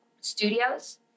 studios